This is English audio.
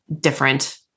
different